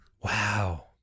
Wow